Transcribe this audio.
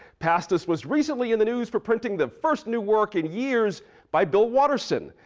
pastis was recently in the news for printing the first new work in years by bill waterson,